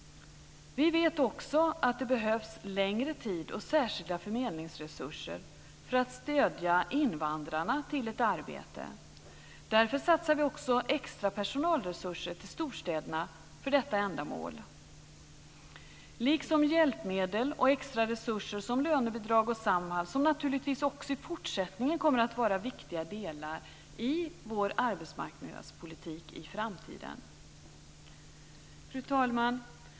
Vi vet också att det behövs längre tid och särskilda förmedlingsresurser för att stödja invandrarna till ett arbete. Därför satsar vi också på extra personalresurser till storstäderna för detta ändamål, liksom hjälpmedel och extra resurser som lönebidrag och Samhall, som naturligtvis också i fortsättningen kommer att vara viktiga delar i vår arbetsmarknadspolitik i framtiden. Fru talman!